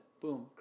Boom